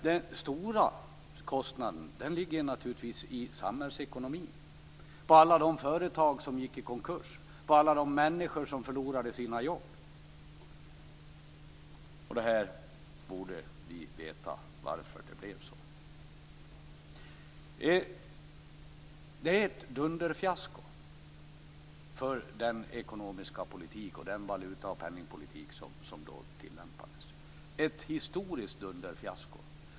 Den stora kostnaden ligger naturligtvis i samhällsekonomin - på alla företag som gick i konkurs och på alla människor som förlorade sina jobb. Vi borde veta varför det blev så. Detta är ett dunderfiasko för den ekonomiska politik och den valuta och penningpolitik som då tilllämpades - ett historiskt dunderfiasko.